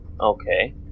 Okay